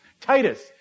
Titus